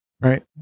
right